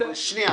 שנייה.